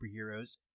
superheroes